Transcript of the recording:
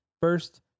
first